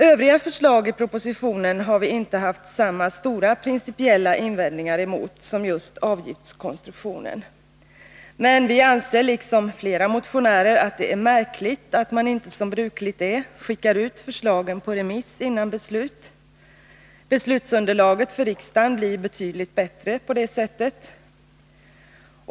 Övriga förslag i propositionen har vi inte samma stora, principiella invändningar emot som när det gäller avgiftskonstruktionen. Men vi anser liksom flera motionärer att det är märkligt att man inte, som brukligt är, skickar ut förslagen på remiss före beslut. Beslutsunderlaget för riksdagen skulle bli betydligt bättre på det sättet.